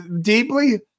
deeply